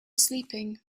sleeping